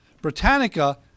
Britannica